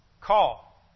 call